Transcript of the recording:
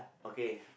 okay